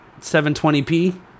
720p